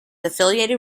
affiliated